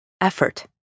effort